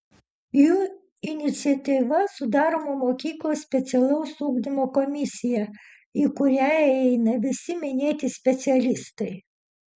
jų iniciatyva sudaroma mokyklos specialaus ugdymo komisija į kurią įeina visi minėti specialistai